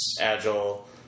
agile